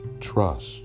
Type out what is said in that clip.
Trust